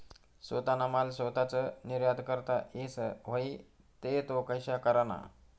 सोताना माल सोताच निर्यात करता येस व्हई ते तो कशा कराना?